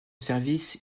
service